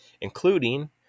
including